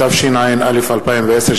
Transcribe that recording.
התשע"א 2010,